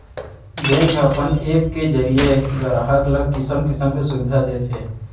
bank ह अपन app के जरिये गराहक ल किसम किसम के सुबिधा देत हे